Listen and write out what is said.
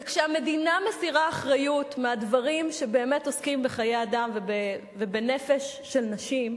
וכשהמדינה מסירה אחריות מהדברים שבאמת עוסקים בחיי אדם ובנפש של נשים,